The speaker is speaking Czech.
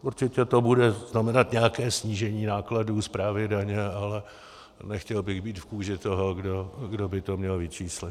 Určitě to bude znamenat nějaké snížení nákladů správy daně, ale nechtěl bych být v kůži toho, kdo by to měl vyčíslit.